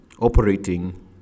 operating